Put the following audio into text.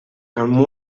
amb